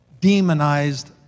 demonized